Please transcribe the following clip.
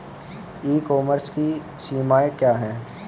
ई commerce की सीमाएं क्या हैं?